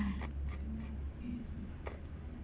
um